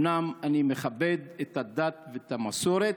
אומנם אני מכבד את הדת ואת המסורת,